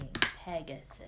Pegasus